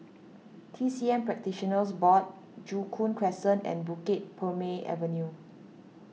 T C M Practitioners Board Joo Koon Crescent and Bukit Purmei Avenue